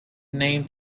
named